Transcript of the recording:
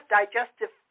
digestive